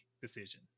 decision